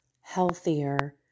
healthier